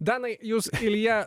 danai jūs ilja